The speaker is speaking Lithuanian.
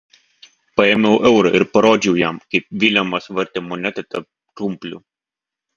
paėmiau eurą ir parodžiau jam kaip vilemas vartė monetą tarp krumplių